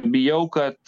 bijau kad